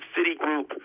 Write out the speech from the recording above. Citigroup